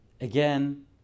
again